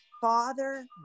Father